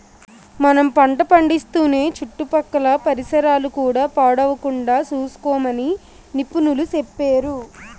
మనం పంట పండిస్తూనే చుట్టుపక్కల పరిసరాలు కూడా పాడవకుండా సూసుకోమని నిపుణులు సెప్పేరు